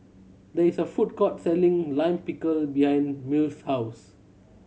there is a food court selling Lime Pickle behind Mills' house